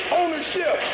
ownership